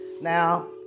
Now